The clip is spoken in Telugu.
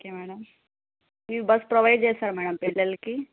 ఓకే మేడం మీరు బస్ ప్రొవైడ్ చేస్తారా మేడం పిల్లలకి